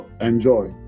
enjoy